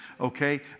Okay